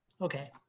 Okay